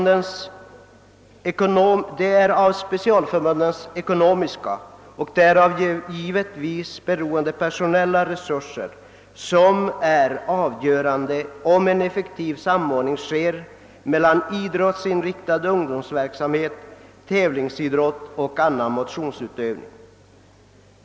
Det är specialförbundens ekonomiska och därav givetvis beroende personella resurser som är utslagsgivande för om en effektiv samordning kan ske mellan idrottsinriktad ungdomsverksamhet, tävlingsidrott och annan motionsutövning.